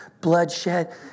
bloodshed